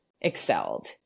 excelled